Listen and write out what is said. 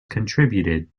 contributed